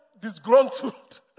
disgruntled